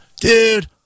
dude